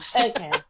Okay